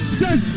says